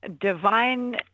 divine